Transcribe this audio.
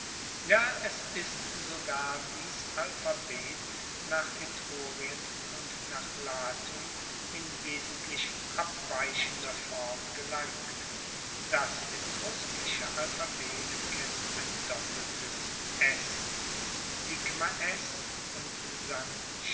ja es ist sogar dies alphabet nach etrurien und nach latium in wesentlich abweichender form gelangt das etruskische alphabet kennt ein doppeltes s sigma s und